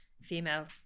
female